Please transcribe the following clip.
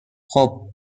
خوب